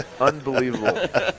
unbelievable